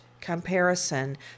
comparison